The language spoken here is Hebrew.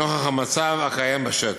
נוכח המצב הקיים בשטח.